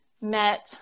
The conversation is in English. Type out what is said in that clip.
met